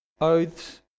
Oaths